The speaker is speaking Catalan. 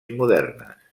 modernes